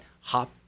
hop